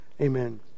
Amen